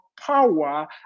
Power